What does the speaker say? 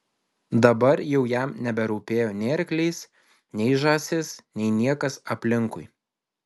dabar jau jam neberūpėjo nei arklys nei žąsis nei niekas aplinkui